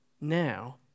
now